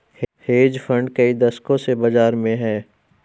hedge fund कई दशकों से बाज़ार में हैं